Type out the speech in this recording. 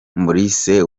maurice